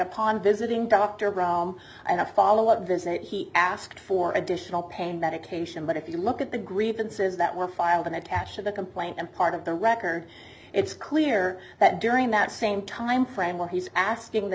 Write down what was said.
upon visiting dr graham and a follow up visit he asked for additional pain medication but if you look at the grievances that were filed and attach to the complaint and part of the record it's clear that during that same time frame where he's asking the